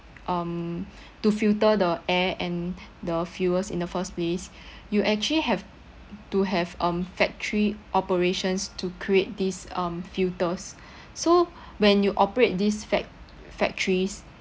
um to filter the air and the fuels in the first place you actually have to have um factory operations to create these um filters so when you operate this fac~ factories